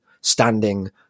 standing